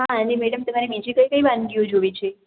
હા અને મેડમ તમારે બીજી કઈ કઈ વાનગીઓ જોવી છે